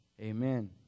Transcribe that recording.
Amen